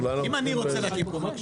אם אני רוצה להקים?